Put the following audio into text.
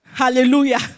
Hallelujah